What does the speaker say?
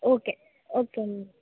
okay okay ma'am